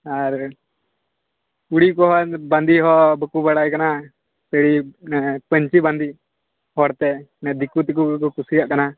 ᱟᱨ ᱠᱩᱲᱤ ᱠᱚ ᱵᱟᱸᱫᱮ ᱦᱚᱸ ᱵᱟᱠᱚ ᱵᱟᱲᱟᱭ ᱠᱟᱱᱟ ᱥᱟᱹᱲᱤ ᱢᱟᱱᱮ ᱯᱟᱹᱧᱪᱤ ᱵᱟᱸᱫᱮ ᱦᱚᱲᱛᱮ ᱫᱤᱠᱩ ᱛᱮᱠᱚ ᱠᱩᱥᱤᱭᱟᱜ ᱠᱟᱱᱟ